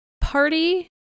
party